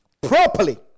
properly